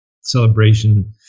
celebration